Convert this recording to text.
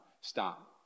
Stop